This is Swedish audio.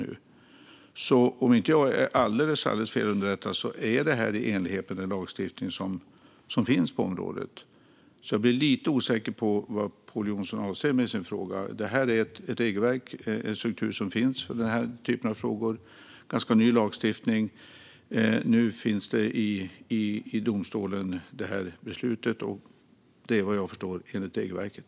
Om jag inte är alldeles felunderrättad är det här alltså i enlighet med den lagstiftning som finns på området. Jag blir alltså lite osäker på vad Pål Jonson avser med sin fråga. Det här är det regelverk och den struktur som finns för den typen av frågor. Det är en ganska ny lagstiftning. Nu ligger ärendet hos domstolen för beslut. Det är vad jag förstår enligt regelverket.